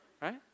Right